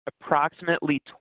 approximately